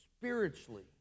spiritually